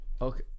Okay